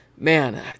Man